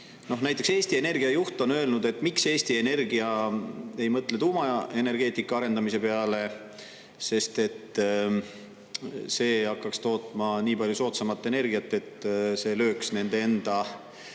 näiteks Eesti Energia juht on öelnud, et miks Eesti Energia ei mõtle tuumaenergeetika arendamise peale, sest et see hakkaks tootma nii palju soodsamat energiat, et see lööks nende enda